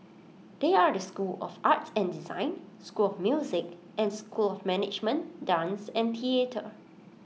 they are the school of art and design school of music and school of management dance and theatre